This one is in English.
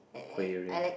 aquarium